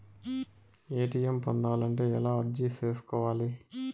ATM పొందాలంటే ఎలా అర్జీ సేసుకోవాలి?